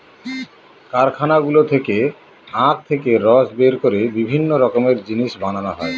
কারখানাগুলো থেকে আখ থেকে রস বের করে বিভিন্ন রকমের জিনিস বানানো হয়